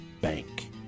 bank